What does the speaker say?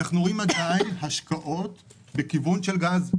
השקעות בכיוון של גז,